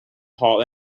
hall